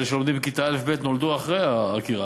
אלה שלומדים בכיתות א', ב', נולדו אחרי העקירה,